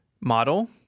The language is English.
model